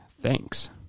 Thanks